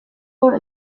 vote